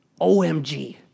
OMG